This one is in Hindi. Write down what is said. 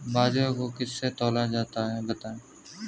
बाजरे को किससे तौला जाता है बताएँ?